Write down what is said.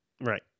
Right